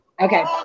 Okay